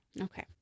Okay